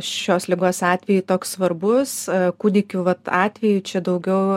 šios ligos atveju toks svarbus kūdikių vat atveju čia daugiau